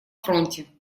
фронте